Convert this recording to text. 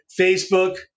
Facebook